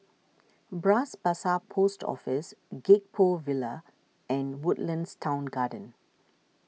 Bras Basah Post Office Gek Poh Ville and Woodlands Town Garden